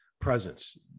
presence